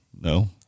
No